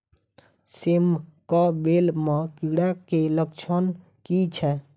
सेम कऽ बेल म कीड़ा केँ लक्षण की छै?